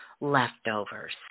leftovers